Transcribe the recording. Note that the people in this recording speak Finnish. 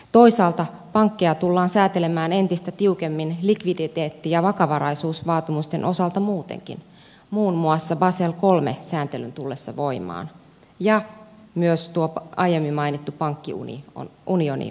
toisaalta pankkeja tullaan säätelemään entistä tiukemmin likviditeetti ja vakavaraisuusvaatimusten osalta muutenkin muun muassa basel iii sääntelyn tullessa voimaan ja myös tuo aiemmin mainittu pankkiunioni on suunnitteilla